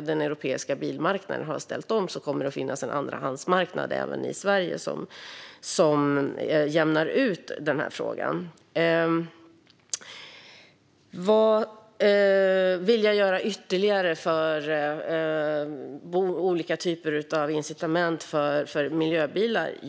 den europeiska bilmarknaden har ställt om, kommer det även i Sverige att finnas en andrahandsmarknad som jämnar ut detta. Vad vill jag göra ytterligare för olika typer av incitament för miljöbilar?